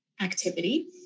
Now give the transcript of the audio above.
activity